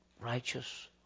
righteous